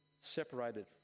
separated